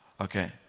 Okay